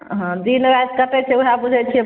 हँ दिन राति कटै छै वएह बुझै छियै